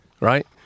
Right